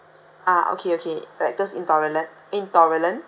ah okay okay lactose intolerant intolerant